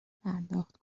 پرداخت